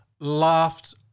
laughed